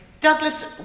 Douglas